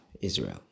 Israel